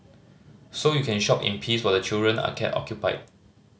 so you can shop in peace while the children are kept occupied